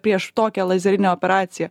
prieš tokią lazerinę operaciją